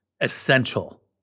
essential